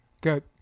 Good